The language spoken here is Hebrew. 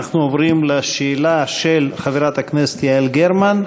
אנחנו עוברים לשאלה של חברת הכנסת יעל גרמן.